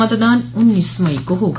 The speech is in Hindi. मतदान उन्नीस मई को होगा